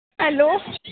hello